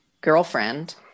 girlfriend